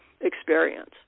experience